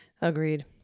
Agreed